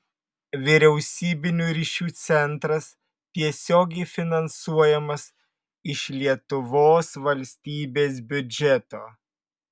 vyriausybinių ryšių centras tiesiogiai finansuojamas iš lietuvos valstybės biudžeto